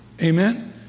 Amen